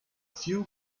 few